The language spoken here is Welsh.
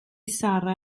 sarra